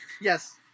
Yes